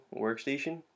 workstation